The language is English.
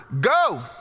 go